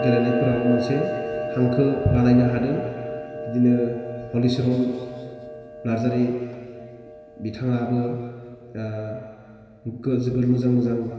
गेलेनायफोराव मोनसे हांखो बानायनो हादों बिदिनो हलिचरन नार्जारि बिथांआबो जोबोद मोजां मोजां